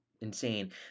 insane